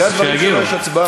אחרי הדברים שלו יש הצבעה.